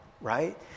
right